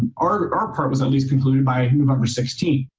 our our part was at least concluded by november sixteen.